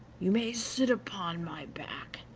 you may sit upon my back,